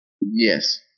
Yes